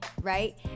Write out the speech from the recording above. right